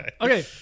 Okay